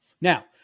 Now